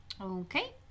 Okay